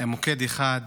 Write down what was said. מוקד אחד,